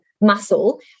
muscle